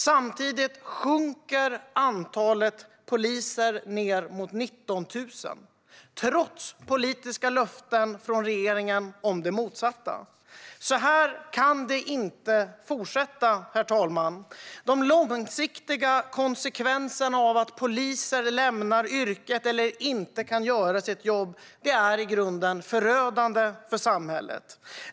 Samtidigt sjunker antalet poliser ned mot 19 000, trots politiska löften från regeringen om det motsatta. Så här kan det inte fortsätta, herr talman. De långsiktiga konsekvenserna av att poliser lämnar yrket eller inte kan göra sitt jobb är i grunden förödande för samhället.